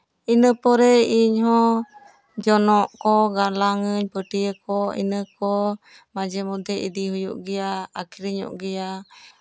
ᱤᱱᱟᱹᱯᱚᱨᱮ ᱤᱧ ᱦᱚᱸ ᱡᱚᱱᱚᱜ ᱠᱚ ᱜᱟᱞᱟᱝ ᱟᱹᱧ ᱯᱟᱹᱴᱭᱟᱹ ᱠᱚ ᱤᱱᱟᱹ ᱠᱚ ᱢᱟᱡᱷᱮ ᱢᱚᱫᱽᱫᱷᱮ ᱤᱫᱤ ᱦᱩᱭᱩᱜ ᱜᱮᱭᱟ ᱟᱠᱷᱨᱤᱧᱚᱜ ᱜᱮᱭᱟ